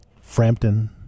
Frampton